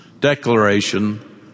declaration